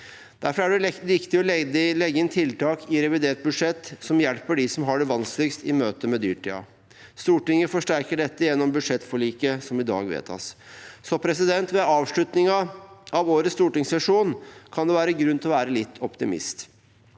Derfor er det riktig å legge inn tiltak i revidert budsjett som hjelper dem som har det vanskeligst i møte med dyrtiden. Stortinget forsterker dette gjennom budsjettforliket som i dag vedtas. Ved avslutningen av årets stortingssesjon kan det være grunn til å være litt optimist.